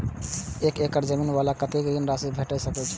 एक एकड़ जमीन वाला के कतेक ऋण राशि भेट सकै छै?